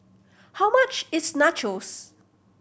how much is Nachos